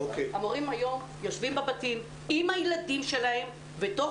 המורים היום יושבים בבתים עם הילדים שלהם ותוך